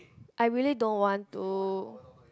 I really don't want to